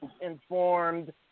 informed